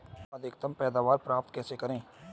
अधिकतम पैदावार प्राप्त कैसे करें?